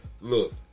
look